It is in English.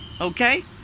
okay